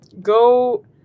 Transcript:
go